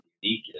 unique